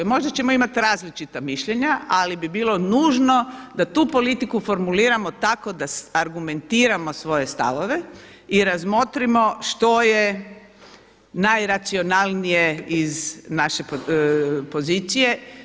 Možda ćemo imati različita mišljenja, ali bi bilo nužno da tu politiku formuliramo tako da argumentiramo svoje stavove i razmotrimo što je najracionalnije iz naše pozicije.